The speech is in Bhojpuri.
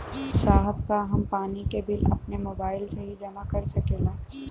साहब का हम पानी के बिल अपने मोबाइल से ही जमा कर सकेला?